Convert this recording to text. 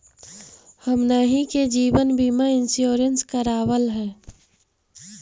हमनहि के जिवन बिमा इंश्योरेंस करावल है?